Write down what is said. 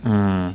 mm